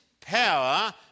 power